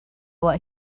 what